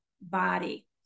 body